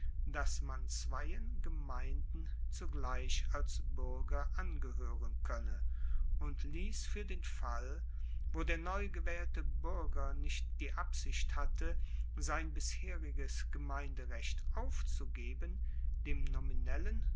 dass man zweien gemeinden zugleich als buerger angehoeren koenne und liess fuer den fall wo der neugewaehlte buerger nicht die absicht hatte sein bisheriges gemeinderecht aufzugeben dem nominellen